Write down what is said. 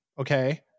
okay